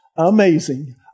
amazing